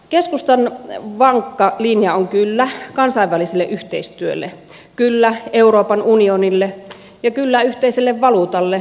keskustan vankka linja on kyllä kansainväliselle yhteistyölle kyllä euroopan unionille ja kyllä yhteiselle valuutalle